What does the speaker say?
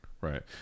Right